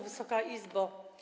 Wysoka Izbo!